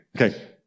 Okay